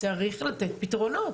צריך לתת פתרונות.